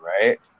right